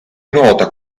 nota